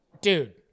Dude